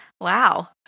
Wow